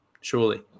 surely